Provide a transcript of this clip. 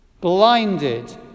blinded